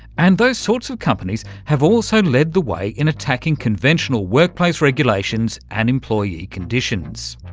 and those sorts of companies have also lead the way in attacking conventional workplace regulations and employee conditions.